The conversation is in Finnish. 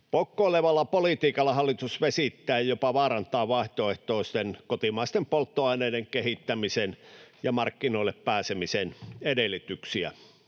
Poukkoilevalla politiikalla hallitus vesittää ja jopa vaarantaa vaihtoehtoisten kotimaisten polttoaineiden kehittämisen ja markkinoille pääsemisen edellytyksiä.